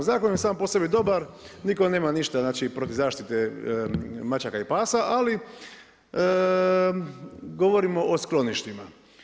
Zakon je sam po sebi dobar, nitko nema ništa znači protiv zaštite mačaka i pasa ali govorimo o skloništima.